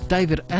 David